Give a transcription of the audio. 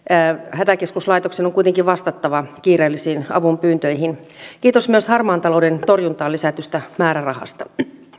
hätäkeskuslaitoksen on kuitenkin vastattava kiireellisiin avunpyyntöihin kiitos myös harmaan talouden torjuntaan lisätystä määrärahasta